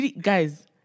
Guys